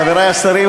חברי השרים,